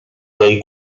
day